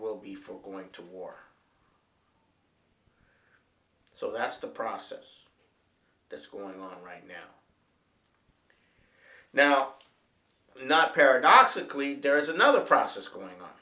will be for going to war so that's the process that's going on right now now but not paradoxically there is another process going on